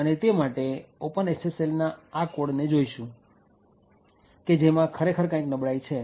અને તે માટે ઓપન SSLના આ કોડને જોઈશું કે જેમાં ખરેખર કાંઇક નબળાઈ છે